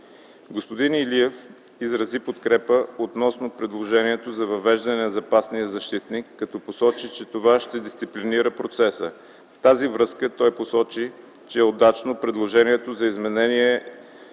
Господин Илиев изрази подкрепа относно предложението за въвеждане на запасния защитник като посочи, че това ще дисциплинира процеса. В тази връзка той посочи, че е удачно и предложението за изменение